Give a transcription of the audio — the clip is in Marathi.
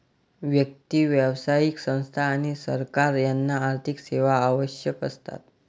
व्यक्ती, व्यावसायिक संस्था आणि सरकार यांना आर्थिक सेवा आवश्यक असतात